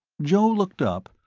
joe looked up,